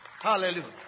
Hallelujah